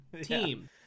team